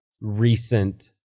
recent